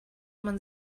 man